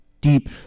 deep